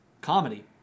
comedy